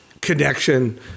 connection